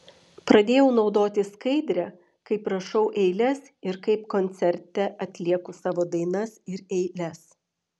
pradėjau naudoti skaidrę kaip rašau eiles ir kaip koncerte atlieku savo dainas ir eiles